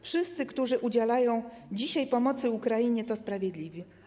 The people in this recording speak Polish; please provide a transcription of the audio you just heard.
Wszyscy, którzy udzielają dzisiaj pomocy Ukrainie, to sprawiedliwi.